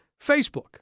Facebook